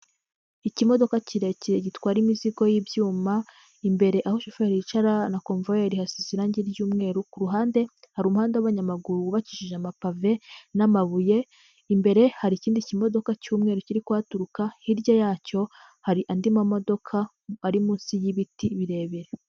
Ikimodoka kirekire gitwara imizigo y'ibyuma, imbere aho shoferi yicara na konvuwayeri hasize irangi ry'umweru, kuruhande hari umuhanda w'abanyamaguru wubakishije amapave, namabuye, imbere hari ikindi kimodoka cy'umweru kiri ku haturuka hirya yacyo hari andi mamodoka ari munsi y'ibiti birebire.